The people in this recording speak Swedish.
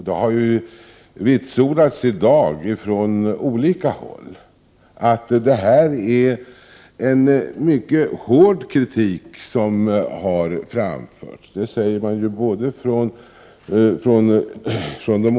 Det har i dag vitsordats från olika håll, från företrädare för de olika partierna, att kritiken som framförts har varit mycket hård.